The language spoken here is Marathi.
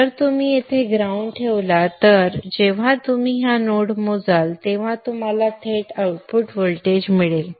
जर तुम्ही येथे ग्राउंड ठेवला तर जेव्हा तुम्ही हा नोड मोजाल तेव्हा तुम्हाला थेट आउटपुट व्होल्टेज मिळेल